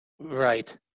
Right